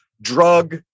drug